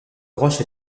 roche